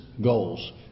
goals